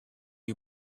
you